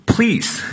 Please